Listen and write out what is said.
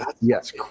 Yes